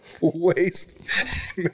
waste